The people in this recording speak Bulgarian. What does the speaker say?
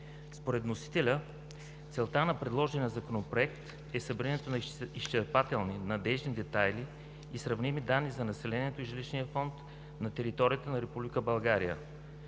Според вносителя целта на предложения Законопроект е събирането на изчерпателни, надеждни, детайлни и сравними данни за населението и жилищния фонд на територията на Република България.